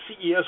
CES